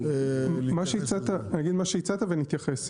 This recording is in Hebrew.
נגיד מה שהצעת ונתייחס.